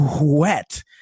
wet